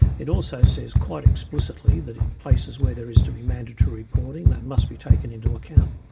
it also says quite explicitly that in places where there is to be mandatory reporting that must be taken into account.